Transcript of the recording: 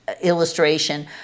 Illustration